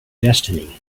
destiny